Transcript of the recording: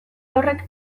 horrek